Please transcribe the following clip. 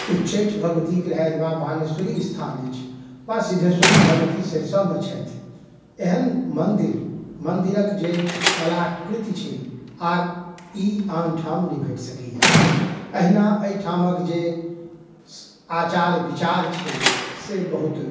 उच्चैठ भगवती रहथि वा वाणेश्वरी स्थान अछि वा सिधेश्वरी भगवती सरिसबमे छथि एहन मन्दिर मन्दिरक जे कलाकृति छै आओर ई आनठाम नहि भेट सकैए अहिना अइठामक जे आचार विचार छै से बहुत